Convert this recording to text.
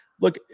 look